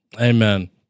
Amen